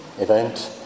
event